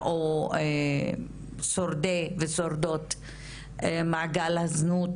או שורדי ושורדות מעגל הזנות,